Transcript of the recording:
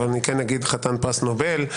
אבל אני כן אגיד: חתן פרס נובל,